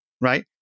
right